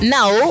Now